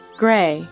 gray